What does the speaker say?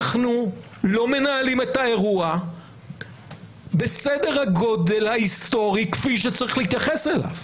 אנחנו לא מנהלים את האירוע בסדר הגודל ההיסטורי כפי שצריך להתייחס אליו.